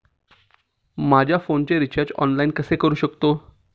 माझ्या फोनचे recharge online कसे करू शकतो?